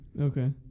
Okay